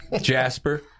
Jasper